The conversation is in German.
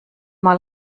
mal